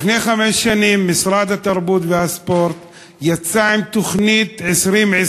לפני חמש שנים משרד התרבות והספורט יצא עם תוכנית 2020,